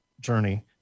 journey